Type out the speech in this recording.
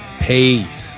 Peace